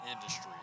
industry